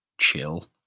chill